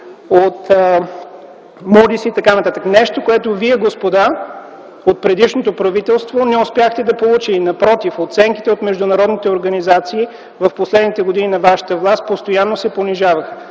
от „Moodyיִs” и т.н., нещо, което вие, господа, от предишното правителство, не успяхте да получите. Напротив, оценките от международните организации в последните години на вашата власт постоянно се понижаваха.